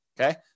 Okay